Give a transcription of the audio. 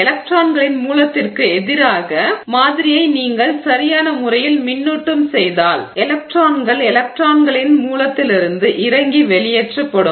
எலக்ட்ரான்களின் மூலத்திற்கு எதிராக மாதிரியை பதக்கூறுவை நீங்கள் சரியான முறையில் மின்னூட்டம் செய்தால் எலக்ட்ரான்கள் எலக்ட்ரான்களின் மூலத்திலிருந்து இறங்கி வெளியேற்றப்படும்